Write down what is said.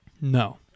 No